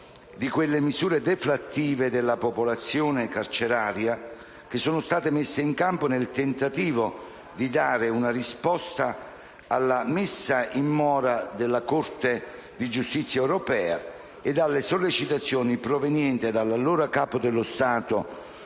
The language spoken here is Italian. di quelle misure deflattive della popolazione carceraria messe in campo nel tentativo di dare una risposta alla messa in mora da parte della Corte di Giustizia europea ed alle sollecitazioni provenienti dall'allora Capo dello Stato,